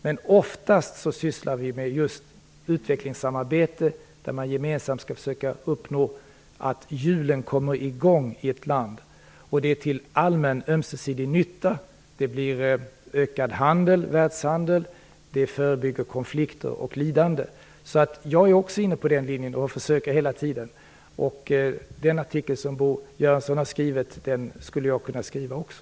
Men oftast sysslar vi med just utvecklingssamarbete där man gemensamt skall försöka uppnå att hjulen kommer i gång i ett land, och det är till allmän, ömsesidig nytta, t.ex. genom ökad världshandel och förebyggande av konflikter och lidande. Jag är alltså också inne på den linjen, och jag försöker hela tiden. Den artikel som Bo Göransson har skrivit skulle jag kunna skriva också.